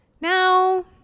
Now